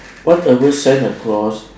whatever sent across